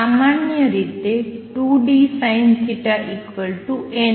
સામાન્ય રીતે 2dSinθn